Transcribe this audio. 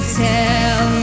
tell